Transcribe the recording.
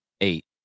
eight